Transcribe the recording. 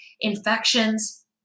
infections